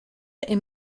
est